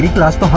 blasts,